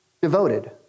devoted